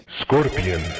scorpion